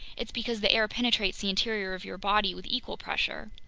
it's because the air penetrates the interior of your body with equal pressure.